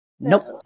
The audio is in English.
nope